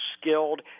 skilled